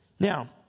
Now